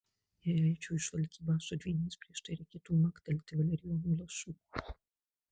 jei eičiau į žvalgybą su dvyniais prieš tai reikėtų maktelti valerijono lašų